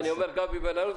אני אומר גבי בן הרוש,